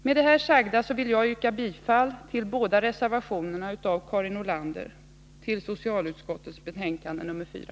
Med det här sagda vill jag yrka bifall till båda reservationerna av Karin Nordlander till socialförsäkringsutskottets betänkande nr 4.